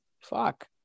fuck